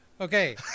Okay